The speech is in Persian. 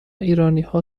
ایرانیها